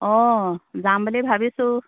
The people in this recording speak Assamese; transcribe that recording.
অঁ যাম বুলি ভাবিছোঁ